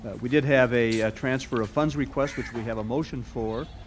we did have a transfer of funds request, which we have a motion for.